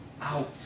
out